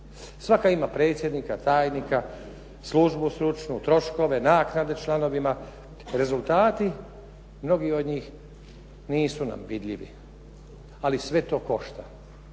Svaka ima predsjednika, tajnika, službu stručnu, troškove, naknade članovima, rezultati mnogih od njih nisu nam vidljivi. Ali sve to košta.